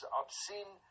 obscene